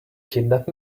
kidnap